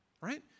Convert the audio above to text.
right